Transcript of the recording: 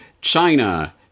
China